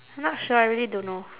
not sure I really don't know